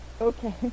okay